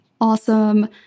Awesome